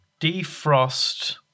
defrost